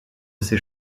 ces